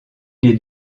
les